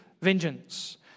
vengeance